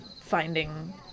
finding